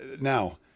now